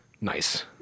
Nice